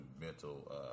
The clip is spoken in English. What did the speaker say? mental